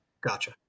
Gotcha